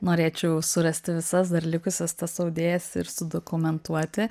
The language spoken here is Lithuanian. norėčiau surasti visas dar likusias tas audėjas ir sudokumentuoti